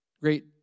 Great